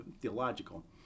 theological